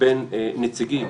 בין נציגים